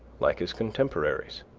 like his contemporaries.